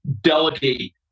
delegate